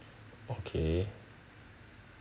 okay